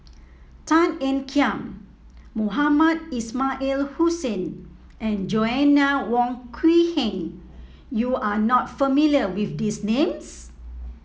Tan Ean Kiam Mohamed Ismail Hussain and Joanna Wong Quee Heng you are not familiar with these names